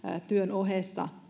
työn ohessa